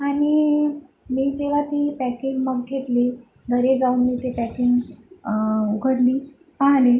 आणि मी जेव्हा ती पॅकिंग बघितली घरी जाऊन मी ते पॅकिंग उघडली पाहिली